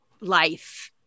life